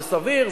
זה סביר,